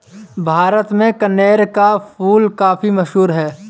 भारत में कनेर का फूल काफी मशहूर है